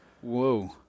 Whoa